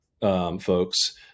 folks